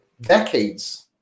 decades